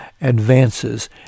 advances